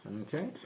Okay